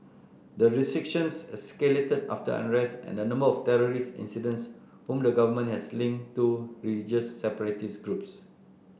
the restrictions escalated after unrest and a number of terrorist incidents whom the government has linked to religious separatist groups